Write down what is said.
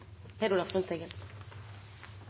Per Olaf Lundteigen